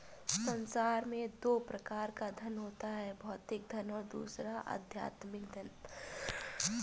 संसार में दो प्रकार का धन होता है भौतिक धन और दूसरा आध्यात्मिक धन